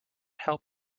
help